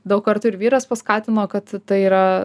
daug kartų ir vyras paskatino kad tai yra